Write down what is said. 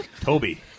Toby